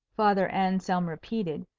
father anselm repeated,